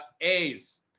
A's